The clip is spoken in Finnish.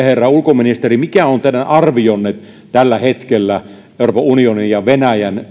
herra ulkoministeri mikä on teidän arvionne tällä hetkellä euroopan unionin ja venäjän